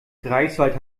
greifswald